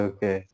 Okay